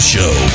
Show